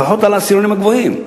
לפחות לעשירונים הגבוהים.